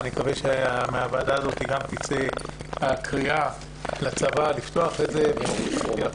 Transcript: אני מקווה שמן הוועדה הזאת תצא קריאה לצבא לפתוח את התפקידים.